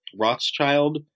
Rothschild